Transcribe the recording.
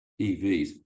EVs